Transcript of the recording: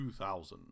2000